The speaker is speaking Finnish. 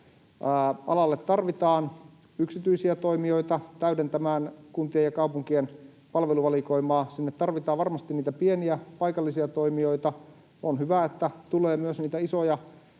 alalle tarvitaan yksityisiä toimijoita täydentämään kuntien ja kaupunkien palveluvalikoimaa. Sinne tarvitaan varmasti niitä pieniä paikallisia toimijoita. On hyvä, että tulee myös niitä isoja